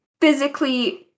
physically